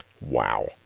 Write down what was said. Wow